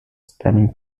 standing